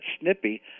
snippy